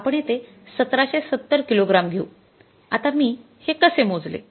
आपण येथे १७७० किलोग्राम घेऊ आता मी हे कसे मोजले